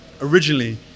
originally